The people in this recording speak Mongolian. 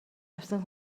авсан